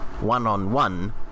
one-on-one